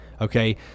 okay